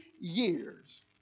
years